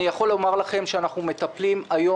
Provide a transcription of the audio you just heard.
אני יכול לומר לכם שאנחנו מטפלים היום